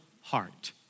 heart